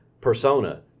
persona